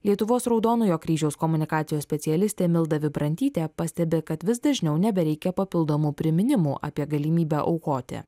lietuvos raudonojo kryžiaus komunikacijos specialistė milda vibrantytė pastebi kad vis dažniau nebereikia papildomų priminimų apie galimybę aukoti